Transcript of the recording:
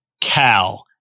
cow